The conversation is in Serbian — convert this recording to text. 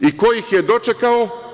I ko ih je dočekao?